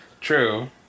True